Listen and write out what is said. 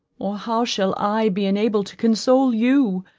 or how shall i be enabled to console you,